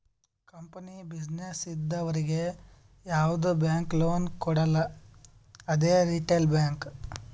company, business ಇದ್ದವರಿಗ್ ಯಾವ್ದು bank loan ಕೊಡಲ್ಲ ಅದೇ ರಿಟೇಲ್ ಬ್ಯಾಂಕ್